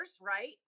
right